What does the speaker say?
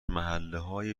محلههای